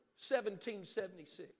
1776